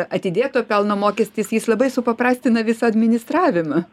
atidėtojo pelno mokestis jis labai supaprastina visą administravimą